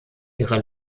ihre